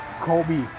Kobe